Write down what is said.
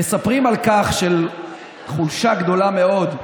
מספרים על כך שיש חולשה גדולה מאוד,